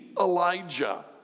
Elijah